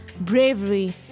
bravery